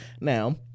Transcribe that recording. Now